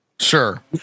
Sure